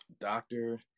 doctor